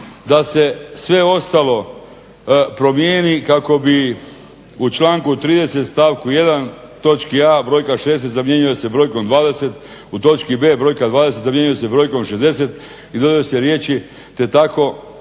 da se sve ostalo promijeni kako bi u članku 30. stavku 1. točki a. brojka 60 zamjenjuje se brojkom 20, u točki b. brojka 20 zamjenjuje se brojkom 60 i dodaju se riječi te ako